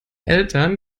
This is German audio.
eltern